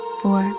four